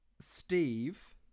Steve